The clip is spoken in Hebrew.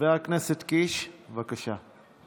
חבר הכנסת קיש, בבקשה.